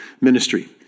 ministry